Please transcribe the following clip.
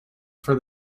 for